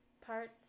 parts